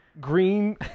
green